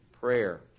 prayer